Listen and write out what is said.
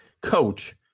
Coach